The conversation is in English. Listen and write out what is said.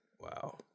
Wow